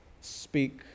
Speak